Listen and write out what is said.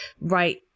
right